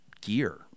gear